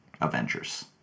Avengers